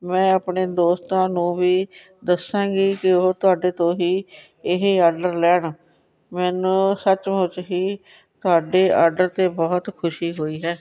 ਮੈਂ ਆਪਣੇ ਦੋਸਤਾਂ ਨੂੰ ਵੀ ਦੱਸਾਂਗੀ ਕਿ ਉਹ ਤੁਹਾਡੇ ਤੋਂ ਹੀ ਇਹ ਆਡਰ ਲੈਣ ਮੈਨੂੰ ਸੱਚਮੁੱਚ ਹੀ ਤੁਹਾਡੇ ਆਡਰ 'ਤੇ ਬਹੁਤ ਖੁਸ਼ੀ ਹੋਈ ਹੈ